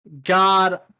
God